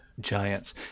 Giants